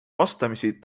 vastamisi